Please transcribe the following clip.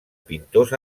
pintors